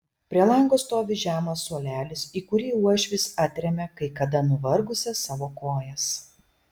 prie lango stovi žemas suolelis į kurį uošvis atremia kai kada nuvargusias savo kojas